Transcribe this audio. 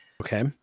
Okay